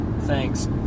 thanks